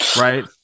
Right